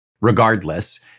regardless